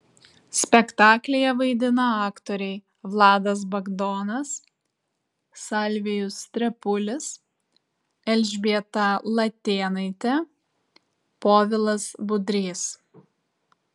spektaklyje vaidina aktoriai vladas bagdonas salvijus trepulis elžbieta latėnaitė povilas budrys